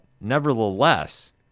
Nevertheless